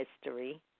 history